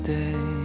day